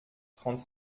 trente